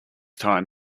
time